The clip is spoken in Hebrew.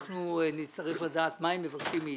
נצטרך לדעת מה הם מבקשים מאיתנו.